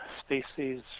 species